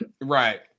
right